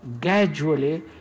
gradually